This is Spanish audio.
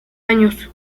años